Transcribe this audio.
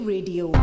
Radio